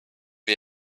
wir